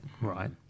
Right